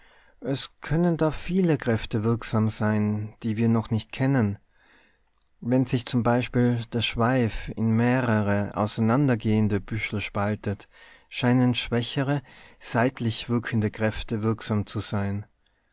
es können da viele kräfte wirksam sein die wir noch nicht kennen wenn sich zum beispiel der schweif in mehrere auseinandergehende büschel spaltet scheinen schwächere seitlich wirkende kräfte wirksam zu sein